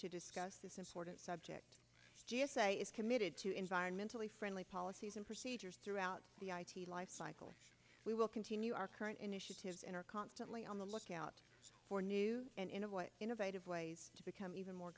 to discuss this important subject g s a is committed to environmentally friendly policies and procedures throughout the life cycle we will continue our current initiatives and are constantly on the lookout for new and in of innovative ways to become even more